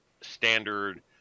standard